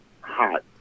hot